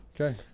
Okay